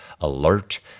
alert